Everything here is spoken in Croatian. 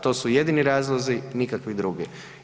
To su jedini razlozi, nikakvi drugi.